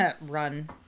run